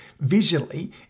visually